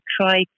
try